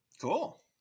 Cool